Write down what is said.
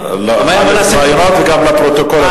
וגם לפרוטוקול,